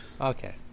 Okay